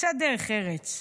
קצת דרך ארץ,